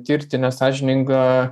tirti nesąžiningą